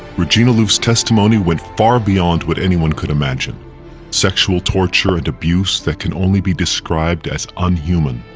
regina louf's testimony went far beyond what anyone could imagine sexual torture and abuse that can only be described as unhuman,